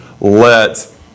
let